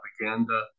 propaganda